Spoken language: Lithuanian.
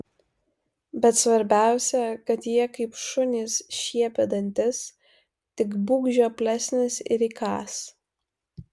bet svarbiausia kad jie kaip šunys šiepia dantis tik būk žioplesnis ir įkąs